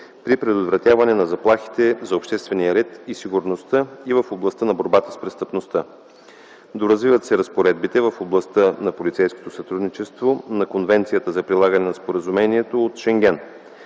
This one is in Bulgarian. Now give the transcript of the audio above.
при предотвратяване на заплахите за обществения ред и сигурността и в областта на борбата с престъпността. Доразвиват се разпоредбите в областта на полицейското сътрудничество на Конвенцията за прилагане на споразумението от Шенген.